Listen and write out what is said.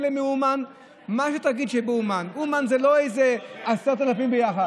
מה שתגיד, באומן, באומן זה לא איזה 10,000 ביחד.